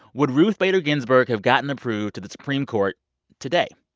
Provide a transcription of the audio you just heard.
would ruth bader ginsburg have gotten approved to the supreme court today?